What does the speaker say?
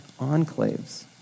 enclaves